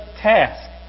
task